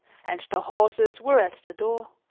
and the horses were at the door.